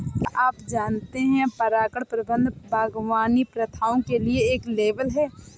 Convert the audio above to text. क्या आप जानते है परागण प्रबंधन बागवानी प्रथाओं के लिए एक लेबल है?